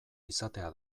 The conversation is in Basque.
izatea